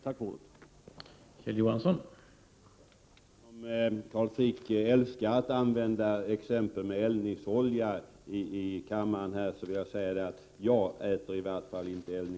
Tack för ordet.